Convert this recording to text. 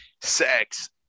sex